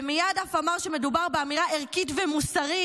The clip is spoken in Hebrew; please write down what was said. ומייד אף אמר שמדובר באמירה ערכית ומוסרית.